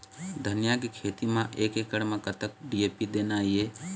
धनिया के खेती म एक एकड़ म कतक डी.ए.पी देना ये?